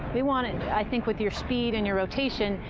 we want it, i think with your speed and your rotation,